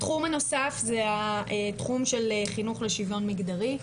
התחום הנוסף זה התחום של חינוך לשוויון מגדרי.